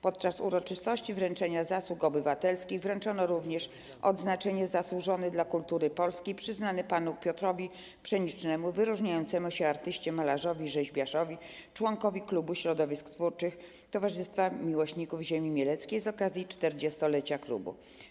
Podczas uroczystości wręczenia Pieczęci Zasług Obywatelskich wręczono również odznaczenie „Zasłużony dla Kultury Polskiej” przyznane panu Piotrowi Pszenicznemu - wyróżniającemu się artyście malarzowi i rzeźbiarzowi, członkowi Klubu Środowisk Twórczych Towarzystwa Miłośników Ziemi Mieleckiej z okazji 40-lecia klubu.